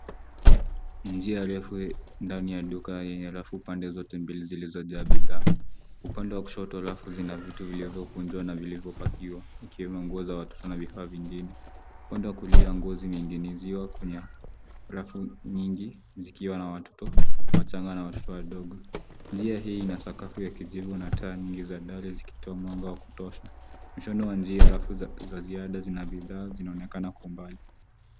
Njia refu ndani ya duka yenye rafu pande zote mbili zilizo jaa bidhaa. Upande wa kushoto rafu zina vitu vilivyo kunjwa na vilivyo pakiwa, ikiwemo nguo ya watoto na vifaa vingine. Upande wa kulia nguo zimeningiziwa kwenye rafu nyingi zikiwa na watoto, wachanga na watoto wadogo. Njia hii ina sakafu ya kijivu na taa nyingi za dari zikitoa mwanga wa kutosha. Mshono wa njia rafu za ziada zina bidhaa zinaonekana kwa mbali.